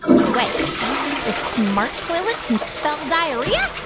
by the way, do you think the smart toilet can spell diarrhea?